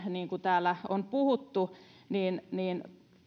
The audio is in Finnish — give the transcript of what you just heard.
niin kuin täällä on puhuttu niin huomioiden rajoitusten purkamiset ja höllentäminen